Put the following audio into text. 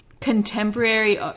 contemporary